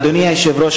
אדוני היושב-ראש,